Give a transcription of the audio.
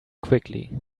quickly